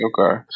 Okay